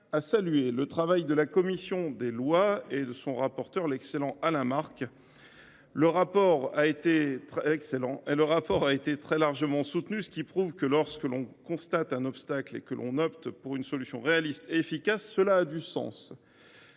son rapporteur, l’excellent Alain Marc. Le rapport a été très largement soutenu, ce qui prouve que lorsque l’on constate un obstacle et que l’on opte pour une solution réaliste et efficace, cela a du sens.